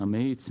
המאיץ,